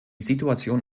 situation